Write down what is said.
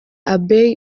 abbey